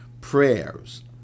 prayers